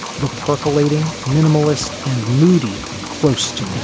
the percolating minimalist and moody close to